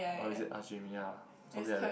or is it ask Jamie ah something like that